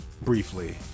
briefly